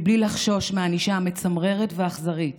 בלי לחשוש מהענישה המצמררת והאכזרית